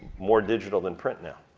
more digital than print now.